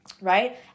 Right